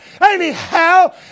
anyhow